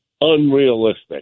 unrealistic